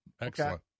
Excellent